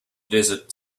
desert